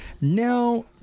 Now